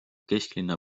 kesklinna